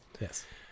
Yes